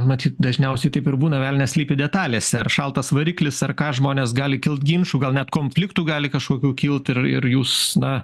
matyt dažniausiai taip ir būna velnias slypi detalėse šaltas variklis ar ką žmonės gali kilt ginčų gal net konfliktų gali kažkokių kilt ir ir jūs na